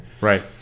Right